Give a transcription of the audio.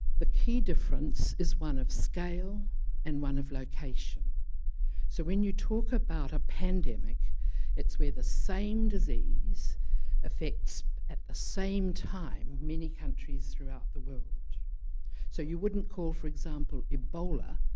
the key difference is one of scale and one of location so when you talk about a pandemic it's where the same disease affects at the same time many countries throughout the world so you wouldn't call for example, ebola,